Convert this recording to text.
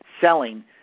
selling